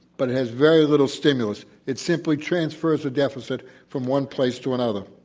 but it has very little stimulus. it simply transfers the deficit from one place to another.